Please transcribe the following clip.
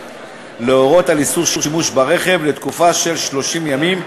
להורות על איסור שימוש ברכב לתקופה של 30 ימים,